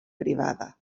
privada